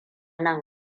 nan